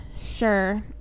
sure